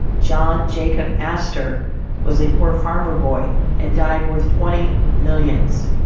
john jacob astor was a poor farmer boy, and died worth twenty millions.